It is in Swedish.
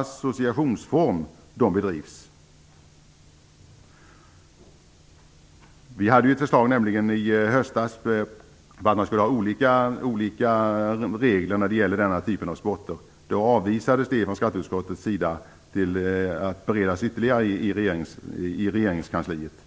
associationsform de bedrivs. Det fanns ett förslag i höstas om att man skulle ha olika regler när det gäller denna typ av sporter. Det avvisades från skatteutskottets sida. Det skulle beredas ytterligare i regeringskansliet.